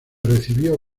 recibió